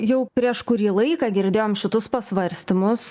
jau prieš kurį laiką girdėjom šitus pasvarstymus